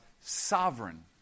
sovereign